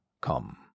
come